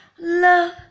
love